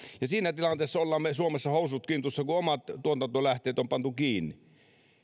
ja siinä tilanteessa olemme me suomessa housut kintuissa kun omat tuotantolähteet on pantu kiinni